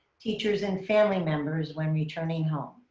teachers and family members when returning home.